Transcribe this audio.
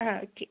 അ okay